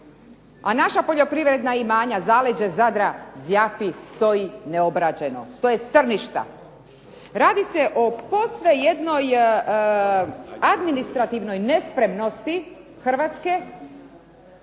a naša poljoprivredna imanja zaleđe Zadra zjapi, stoji neobrađeno, stoje strništa. Radi se o posve jednoj administrativnoj nespremnosti Hrvatske